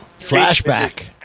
Flashback